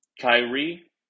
Kyrie